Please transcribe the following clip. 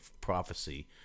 prophecy